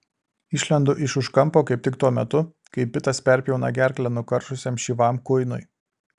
išlendu iš už kampo kaip tik tuo metu kai pitas perpjauna gerklę nukaršusiam šyvam kuinui